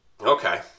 Okay